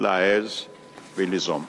להעז וליזום.